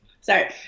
Sorry